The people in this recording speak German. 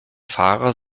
fahrer